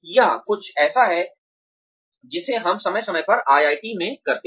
यह कुछ ऐसा है जिसे हम समय समय पर IIT में करते हैं